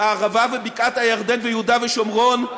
הערבה ובקעת-הירדן ויהודה ושומרון,